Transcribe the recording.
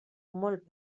molt